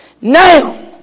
Now